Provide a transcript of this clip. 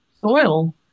soil